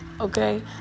okay